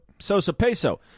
Sosa-Peso